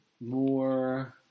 more